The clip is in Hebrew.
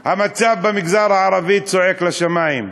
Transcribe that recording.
המצב במגזר הערבי צועק לשמים.